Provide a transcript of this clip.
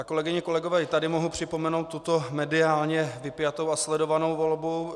Kolegyně, kolegové, i tady mohu připomenout tuto mediálně vypjatou a sledovanou volbu.